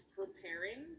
preparing